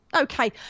okay